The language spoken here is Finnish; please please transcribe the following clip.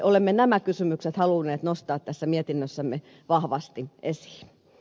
olemme nämä kysymykset halunneet nostaa tässä mietinnössämme vahvasti esiin